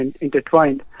intertwined